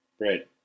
right